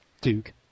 Duke